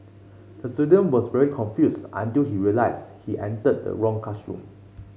the student was very confused until he realised he entered the wrong classroom